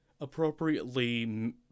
appropriately